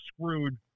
screwed